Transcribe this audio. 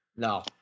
No